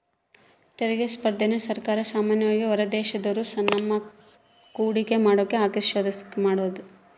ತೆರಿಗೆ ಸ್ಪರ್ಧೆನ ಸರ್ಕಾರ ಸಾಮಾನ್ಯವಾಗಿ ಹೊರದೇಶದೋರು ನಮ್ತಾಕ ಹೂಡಿಕೆ ಮಾಡಕ ಆಕರ್ಷಿಸೋದ್ಕ ಮಾಡಿದ್ದು